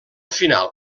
final